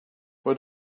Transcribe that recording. what